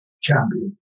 champion